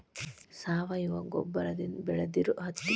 ಸಾವಯುವ ಗೊಬ್ಬರದಿಂದ ಬೆಳದಿರು ಹತ್ತಿ